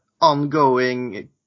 ongoing